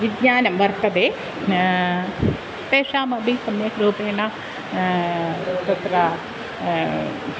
विज्ञानं वर्तते तेषामपि सम्यक् रूपेण तत्र